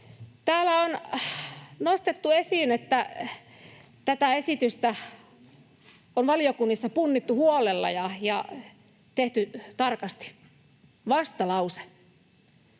Täällä on nostettu esiin, että tätä esitystä on valiokunnissa punnittu huolella ja tehty tarkasti. Vastalause: